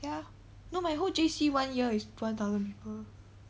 ya no my whole J_C one year is one thousand people